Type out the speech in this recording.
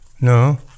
No